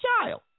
child